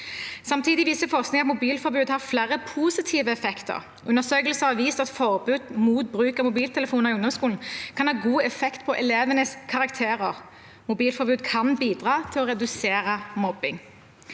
Samtidig viser forskning at mobilforbud har flere positive effekter. Undersøkelser har vist at forbud mot bruk av mobiltelefoner i ungdomsskolen kan ha god effekt på elevenes karakterer. Mobilforbud kan bidra til å redusere mobbing.